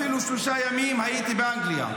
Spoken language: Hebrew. אפילו שלושה ימים, הייתי באנגליה.